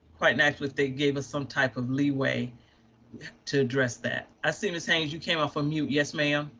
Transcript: quite naturally, they gave us some type of leeway to address that. i see ms. haynes you came up from you, yes ma'am.